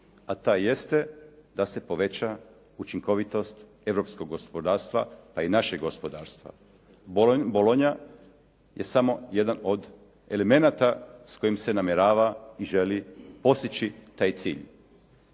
a taj jeste da se poveća učinkovitost europskog gospodarstva, pa i našeg gospodarstva. Bolonja je samo jedan od elemenata s kojim se namjerava i želi postići taj cilj.